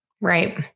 Right